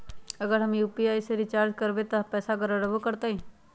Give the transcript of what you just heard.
अगर हम यू.पी.आई से रिचार्ज करबै त पैसा गड़बड़ाई वो करतई?